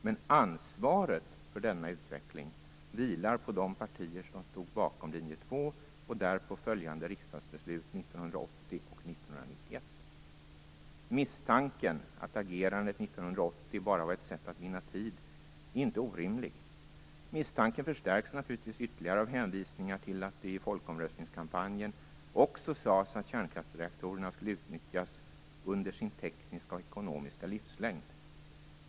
Men ansvaret för denna utveckling vilar på de partier som stod bakom linje 2 och därpå följande riksdagsbeslut 1980 och 1991. Misstanken att agerandet 1980 bara var ett sätt att vinna tid är inte orimlig. Misstanken förstärks naturligtvis ytterligare av hänvisningar till att det i folkomröstningskampanjen också sades att kärnkraftsreaktorerna skulle utnyttjas under sin tekniska och ekonomiska livslängd.